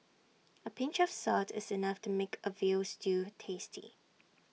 A pinch of salt is enough to make A Veal Stew tasty